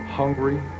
hungry